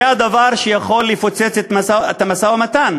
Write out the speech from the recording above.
זה הדבר שיכול לפוצץ את המשא-ומתן,